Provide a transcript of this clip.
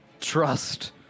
trust